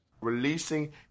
Releasing